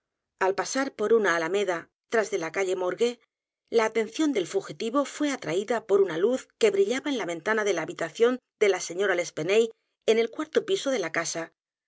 al pasar por una alameda t r a s de la calle morgue la atención del fugitivo fué atraída por una luz que brillaba en la ventana de la habitación de la señora l'espanaye en el cuarto piso de su casa